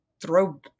throw